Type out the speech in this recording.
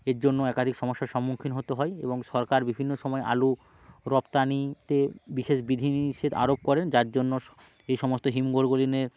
এর জন্য একাধিক সমস্যার সম্মুখীন হতে হয় এবং সরকার বিভিন্ন সময় আলু রপ্তানিতে বিশেষ বিধি নিষেধ আরোপ করে যার জন্য স এই সমস্ত হিমঘর গুলির